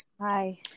Hi